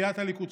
סיעת הליכוד,